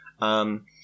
Um-